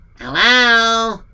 Hello